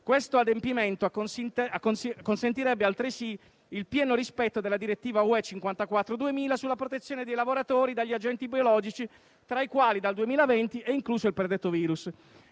(questo adempimento consentirebbe altresì il pieno rispetto della direttiva UE 54 del 2000 sulla protezione dei lavoratori dagli agenti biologici, tra i quali dal 2020 è incluso il predetto virus);